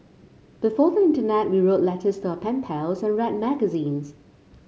before the internet we wrote letters to our pen pals and read magazines